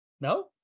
No